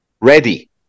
ready